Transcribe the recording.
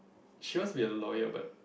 she wants to be a lawyer but